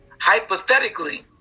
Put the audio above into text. hypothetically